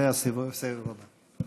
זה הסבב הבא.